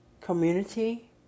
community